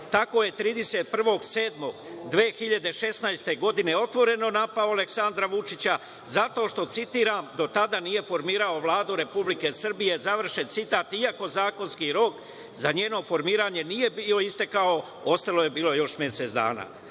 Tako je 31. jula 2016. godine otvoreno napao Aleksandra Vučića zato što, citiram: „do tada nije formirao Vladu Republike Srbije“, iako zakonski rok za njeno formiranje nije bio istekao, ostalo je bilo još mesec dana. Isto